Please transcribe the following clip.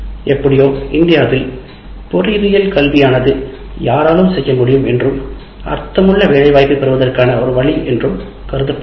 எப்படியோ இந்தியாவில் பொறியியல் கல்வியானது "யாராலும் செய்ய முடியும்" என்றும் அர்த்தமுள்ள வேலைவாய்ப்பைப் பெறுவதற்கான ஒரு வழி என்றும் கருதப்பட்டது